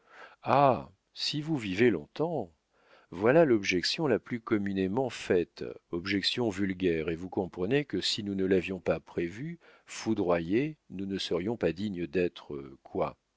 ah si vous vivez long-temps voilà l'objection la plus communément faite objection vulgaire et vous comprenez que si nous ne l'avions pas prévue foudroyée nous ne serions pas dignes d'être quoi